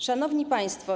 Szanowni Państwo!